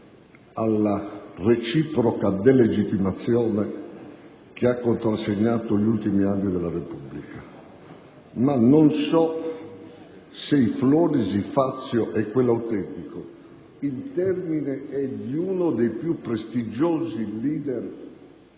alla reciproca delegittimazione che ha contrassegnato gli ultimi anni della Repubblica, ma non so se i Flores, i Fazio e quell'autentico (il termine è di uno dei più prestigiosi *leader*